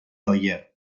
oller